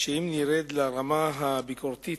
שאם נרד לרמה הביקורתית,